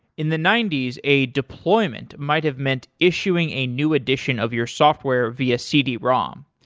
in the ninety s a deployment might have meant issuing a new edition of your software via cd-rom.